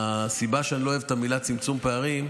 והסיבה שאני לא אוהב את המילים "צמצום פערים"